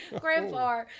grandpa